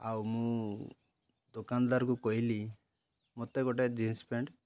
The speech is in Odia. ଆଉ ମୁଁ ଦୋକାନଦାରକୁ କହିଲି ମତେ ଗୋଟେ ଜିନ୍ସ ପେଣ୍ଟ୍